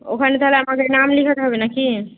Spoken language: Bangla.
ওখানে তাহলে আমাকে নাম লেখাতে হবে নাকি